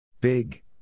Big